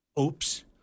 oops